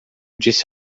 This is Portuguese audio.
disse